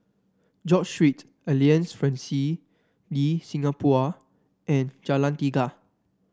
George Street Alliance Francaise de Singapour and Jalan Tiga